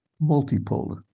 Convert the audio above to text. multipolar